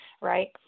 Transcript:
right